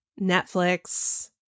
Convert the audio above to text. Netflix